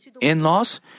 in-laws